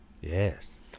Yes